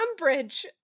umbridge